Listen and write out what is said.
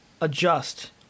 adjust